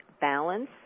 balance